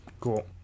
Cool